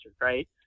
right